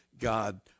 God